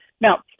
now